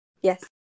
yes